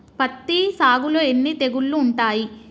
పత్తి సాగులో ఎన్ని తెగుళ్లు ఉంటాయి?